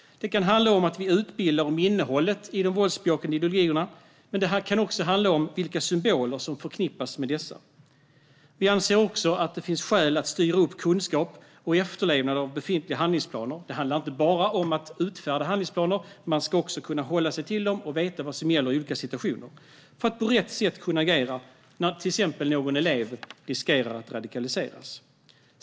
Det kan handla om att utbilda om innehållet i de våldsbejakande ideologierna, men även om vilka symboler som förknippas med dessa. Vi anser också att det finns skäl att styra upp kunskap och efterlevnad av befintliga handlingsplaner - det handlar inte bara om att utfärda handlingsplaner, man ska också kunna hålla sig till dem och veta vad som gäller i olika situationer - för att på rätt sätt kunna agera när någon elev riskerar att radikaliseras.